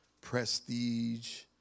prestige